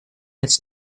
its